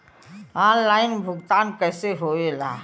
Online भुगतान कैसे होए ला?